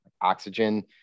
Oxygen